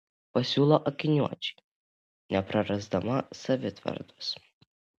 pasiūlo akiniuočiui neprarasdama savitvardos